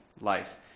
life